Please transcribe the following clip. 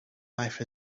life